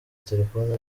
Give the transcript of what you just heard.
telefoni